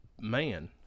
man